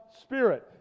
Spirit